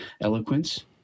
eloquence